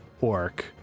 orc